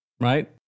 right